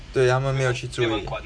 对他们没有去追